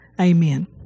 Amen